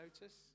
Notice